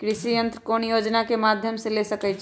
कृषि यंत्र कौन योजना के माध्यम से ले सकैछिए?